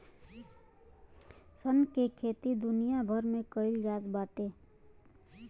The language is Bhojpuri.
सन के खेती दुनिया भर में कईल जात बाटे